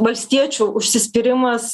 valstiečių užsispyrimas